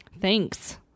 thanks